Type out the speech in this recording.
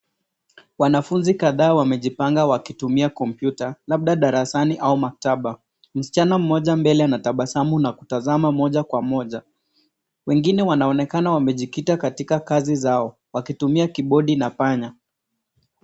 Wanafunzi kadhaa wamejipanga wakitumia kompyuta, labda darasani au maktaba. Msichana mmoja mbele anatabasamu na kutazama moja kwa moja. Wengine wanaonekana wamejikita katika kazi zao wakitumia kibodi na panya.